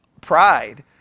Pride